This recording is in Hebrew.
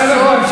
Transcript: זהבה גלאון,